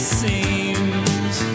seems